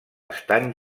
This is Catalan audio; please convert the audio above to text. estan